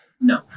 No